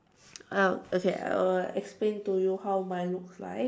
I will okay I will explain to you how mine looks like